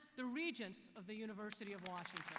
the regents of the university of washington.